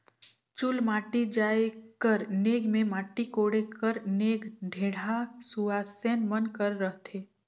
चुलमाटी जाए कर नेग मे माटी कोड़े कर नेग ढेढ़ा सुवासेन मन कर रहथे